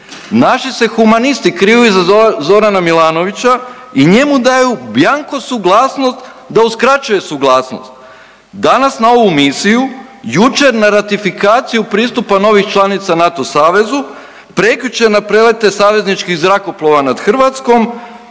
Naši se humanisti kriju iza Zorana Milanovića i njemu daju bjanko suglasnost da uskraćuje suglasnost. Danas na ovu misiju, jučer na ratifikaciju pristupa novih članica NATO savezu, prekjučer na prelete savezničkih zrakoplova nad Hrvatskom,